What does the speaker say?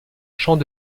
champ